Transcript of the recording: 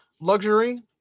luxury